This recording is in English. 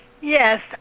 Yes